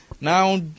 Now